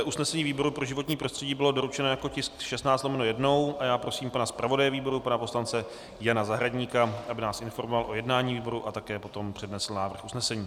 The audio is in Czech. Usnesení výboru pro životní prostředí bylo doručeno jako tisk 16/1 a já prosím pana zpravodaje výboru pana poslance Jana Zahradníka, aby nás informoval o jednání výboru a také potom přednesl návrh usnesení.